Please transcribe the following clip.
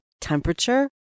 temperature